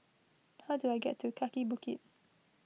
how do I get to Kaki Bukit